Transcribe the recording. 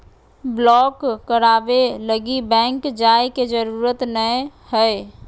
block कराबे लगी bank जाय के जरूरत नयय हइ